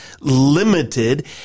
limited